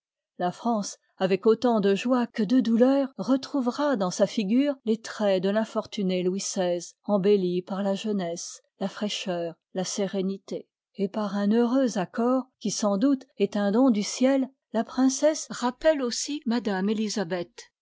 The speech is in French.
la france avec autant de joie que de douleur retrouvera dans sa figure les traits de l'infortuné louis xvi embellis par la jeunesse la fraîcheur la sérénité et par un heureux accord qui sans doute est un don du ciel la princesse rappelle aussi mtm elisabeth